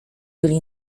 byli